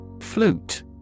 Flute